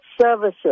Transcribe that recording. services